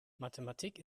mathematik